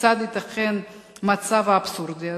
כיצד ייתכן המצב האבסורדי הזה,